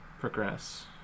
progress